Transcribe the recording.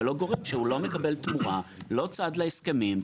ולא הגורם שהוא לא מקבל תמורה ולא צד להסכמים.